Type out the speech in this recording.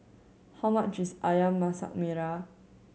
how much is Ayam Masak Merah